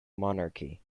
monarchy